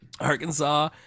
Arkansas